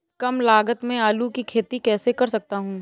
कम लागत में आलू की खेती कैसे कर सकता हूँ?